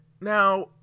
now